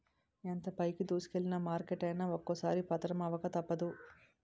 ఎంత పైకి దూసుకెల్లిన మార్కెట్ అయినా ఒక్కోసారి పతనమవక తప్పదు